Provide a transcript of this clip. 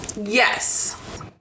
Yes